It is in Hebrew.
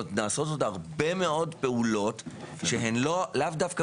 נעשות עוד הרבה מאוד פעולות שהן לאו דווקא